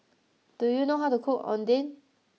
do you know how to cook Oden